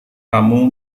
kamu